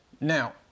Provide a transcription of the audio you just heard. Now